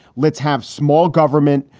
let's have small government,